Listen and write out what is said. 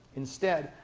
instead,